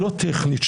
לא טכנית,